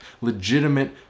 legitimate